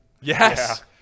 Yes